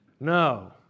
No